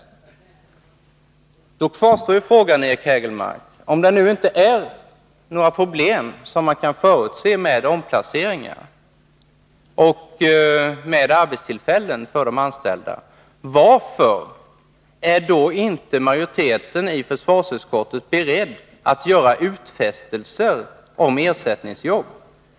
Frågan kvarstår, Eric Hägelmark, om man nu kan förutsätta några problem när det gäller omplaceringar och nya arbetstillfällen för de anställda. Varför är inte majoriteten i försvarsutskottet beredd att göra utfästelser om ersättningsjobb?